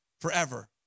forever